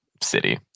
city